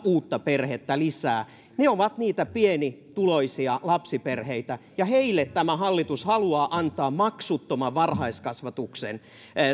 uutta perhettä lisää ne ovat niitä pienituloisia lapsiperheitä ja heille tämä hallitus haluaa antaa maksuttoman varhaiskasvatuksen